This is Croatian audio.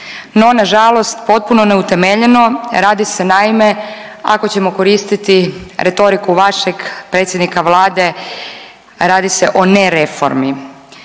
No na žalost potpuno neutemeljeno radi se naime ako ćemo koristiti retoriku vašeg predsjednika Vlade radi se o nereformi.